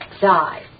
die